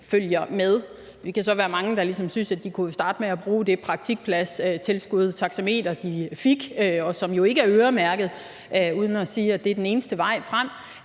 følger med. Vi kan så være mange, der ligesom synes, at de kunne starte med at bruge det praktikpladstilskud, taxametertilskud, de har fået, og som jo ikke er øremærket – uden at sige, at det er den eneste vej frem.